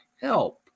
help